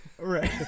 right